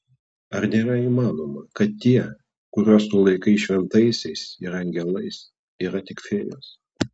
ar nėra įmanoma kad tie kuriuos tu laikai šventaisiais ir angelais yra tik fėjos